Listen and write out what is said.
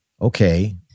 okay